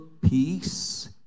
peace